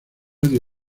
dio